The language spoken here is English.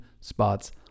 spots